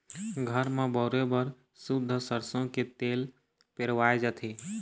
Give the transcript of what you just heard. घर म बउरे बर सुद्ध सरसो के तेल पेरवाए जाथे